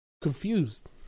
confused